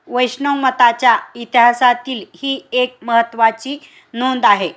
वैष्णव मताच्या इतिहासातील ही एक महत्त्वाची नोंद आहे